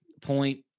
point